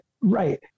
right